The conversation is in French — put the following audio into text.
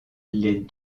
les